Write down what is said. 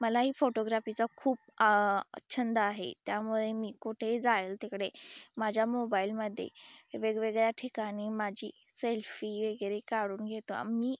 मलाही फोटोग्राफीचा खूप छंद आहे त्यामुळे मी कुठेही जाईल तिकडे माझ्या मोबाईलमध्ये वेगवेगळ्या ठिकाणी माझी सेल्फी वगैरे काढून घेतो मी